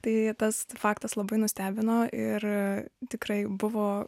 tai tas faktas labai nustebino ir tikrai buvo